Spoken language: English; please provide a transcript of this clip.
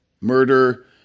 murder